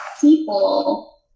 people